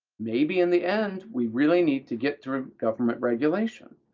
maybe in the end we really need to get through government regulation,